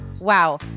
Wow